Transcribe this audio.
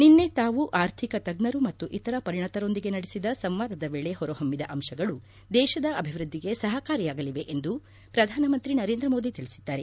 ನಿನ್ನೆ ತಾವು ಆರ್ಥಿಕ ತಜ್ಞರು ಮತ್ತು ಇತರ ಪರಿಣತರೊಂದಿಗೆ ನಡೆಸಿದ ಸಂವಾದದ ವೇಳೆ ಹೊರಹೊಮ್ಗಿದ ಅಂಶಗಳು ದೇಶದ ಅಭಿವೃದ್ದಿಗೆ ಸಹಕಾರಿಯಾಗಲಿವೆ ಎಂದು ಪ್ರಧಾನಮಂತ್ರಿ ನರೇಂದ್ರ ಮೋದಿ ತಿಳಿಸಿದ್ದಾರೆ